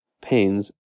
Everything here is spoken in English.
pains